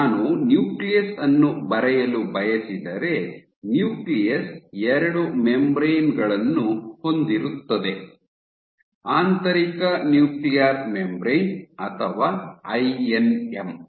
ನಾನು ನ್ಯೂಕ್ಲಿಯಸ್ ಅನ್ನು ಬರೆಯಲು ಬಯಸಿದರೆ ನ್ಯೂಕ್ಲಿಯಸ್ ಎರಡು ಮೆಂಬರೇನ್ ಗಳನ್ನು ಹೊಂದಿರುತ್ತದೆ ಆಂತರಿಕ ನ್ಯೂಕ್ಲಿಯರ್ ಮೆಂಬರೇನ್ ಅಥವಾ ಐಎನ್ಎಂ